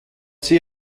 sie